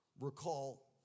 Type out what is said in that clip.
recall